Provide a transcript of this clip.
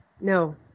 No